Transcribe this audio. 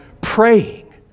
praying